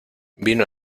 vino